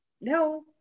no